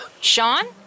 Sean